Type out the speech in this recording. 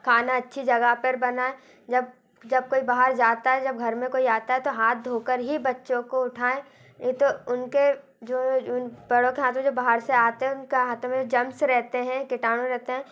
खाना अच्छी जगह पर बनाए जब जब कोई बाहर जाता है जब घर मे कोई आता है तो हाथ धो कर ही बच्चों को उठाएं नहीं तो उनके जो उन बड़ों के हाथ मे जो बाहर से आते है उनका हाथों मे जर्मस रहते हैं किटाणु रहते हैं